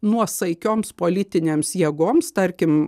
nuosaikioms politinėms jėgoms tarkim